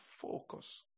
focus